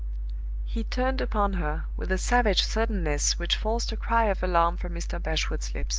he turned upon her, with a savage suddenness which forced a cry of alarm from mr. bashwood's lips.